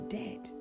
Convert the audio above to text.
dead